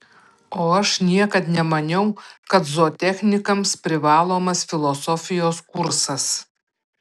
o aš niekad nemaniau kad zootechnikams privalomas filosofijos kursas